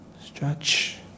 stretch